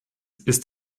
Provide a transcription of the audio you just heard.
ist